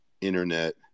internet